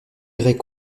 irait